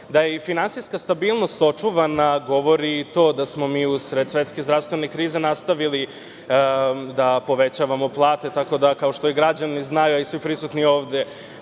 Da je i finansijska stabilnost očuvana govori i to da smo mi u sred svetske zdravstvene krize nastavili da povećavamo plate, tako da kao što i građani znaju, a i svi prisutni ovde,